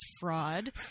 fraud